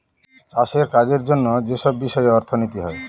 চাষের কাজের জন্য যেসব বিষয়ে অর্থনীতি হয়